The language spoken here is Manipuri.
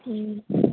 ꯀꯤ